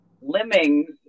lemmings